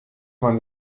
man